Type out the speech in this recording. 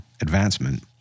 advancement